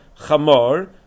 chamor